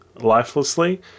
lifelessly